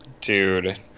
Dude